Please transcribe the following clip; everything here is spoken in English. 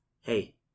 Hey